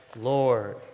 Lord